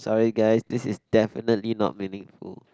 sorry guys this is definitely not meaningful